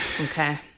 Okay